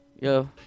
yo